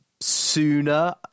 sooner